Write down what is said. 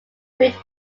route